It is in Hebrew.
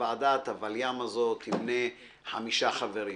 ועדת הוולי"ם הזאת תמנה חמישה חברים,